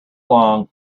long